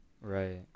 Right